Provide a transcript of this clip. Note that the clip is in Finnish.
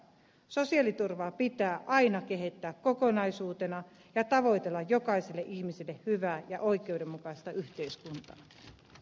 sosiaaliturvaa pitää aina kehittää kokonaisuutena ja tavoitella jokaiselle ihmiselle hyvää ja oikeudenmukaista yhteiskuntaa